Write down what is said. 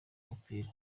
mupira